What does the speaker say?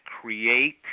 create